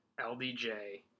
LDJ